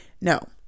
No